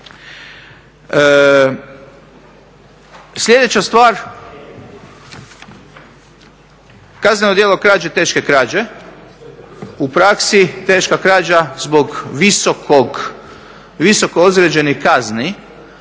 Sljedeća stvar, kazneno djelo krađe, teške krađe. U praksi teška krađa zbog visoko određenih kazni,